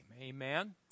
Amen